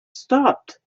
stopped